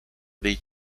dei